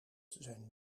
zijn